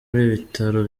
bitaro